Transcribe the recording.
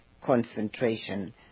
concentration